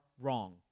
wrong